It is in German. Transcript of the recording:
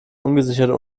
ungesicherte